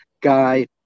guy